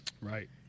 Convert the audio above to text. Right